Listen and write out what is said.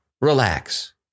Relax